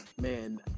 Man